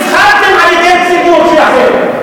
נבחרתם על-ידי הציבור שלכם.